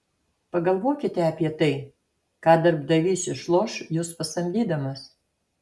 pagalvokite apie tai ką darbdavys išloš jus pasamdydamas